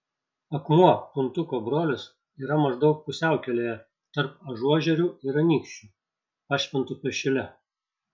akmuo puntuko brolis yra maždaug pusiaukelėje tarp ažuožerių ir anykščių pašventupio šile